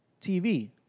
TV